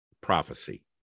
prophecy